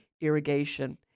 irrigation